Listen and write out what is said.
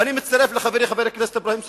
ואני מצטרף לחברי חבר הכנסת אברהים צרצור.